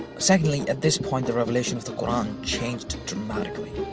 secondly, at this point the revelation of the qur'an changed dramatically.